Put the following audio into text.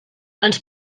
ens